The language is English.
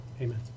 amen